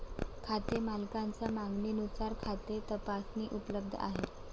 खाते मालकाच्या मागणीनुसार खाते तपासणी उपलब्ध आहे